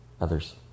others